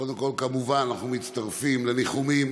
קודם כול, כמובן, אנחנו מצטרפים לניחומים